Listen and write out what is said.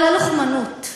כל הלוחמנות,